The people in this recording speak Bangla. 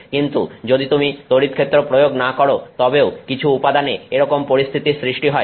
কিন্তু যদি তুমি তড়িৎক্ষেত্র প্রয়োগ না করো তবেও কিছু উপাদানে এরকম পরিস্থিতির সৃষ্টি হয়